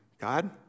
God